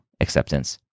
acceptance